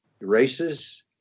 races